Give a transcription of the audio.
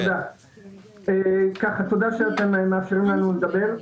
תודה שאתם מאפשרים לנו לדבר.